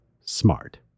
smart